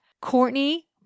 Courtney